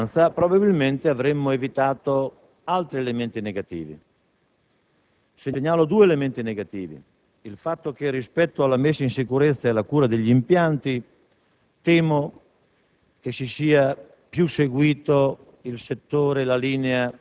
pronunciato e maturato nel momento dell'interpellanza, probabilmente avremmo evitato altri elementi negativi. Segnalo due elementi negativi. Rispetto alla messa in sicurezza e alla cura degli impianti, temo